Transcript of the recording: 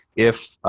if